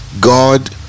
god